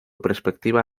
perspectiva